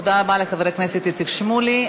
תודה רבה לחבר הכנסת איציק שמולי.